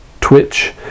Twitch